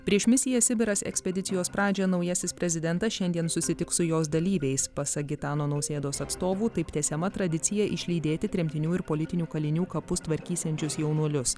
prieš misija sibiras ekspedicijos pradžią naujasis prezidentas šiandien susitiks su jos dalyviais pasak gitano nausėdos atstovų taip tęsiama tradicija išlydėti tremtinių ir politinių kalinių kapus tvarkysiančius jaunuolius